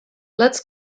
let’s